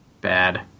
bad